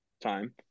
time